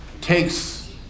takes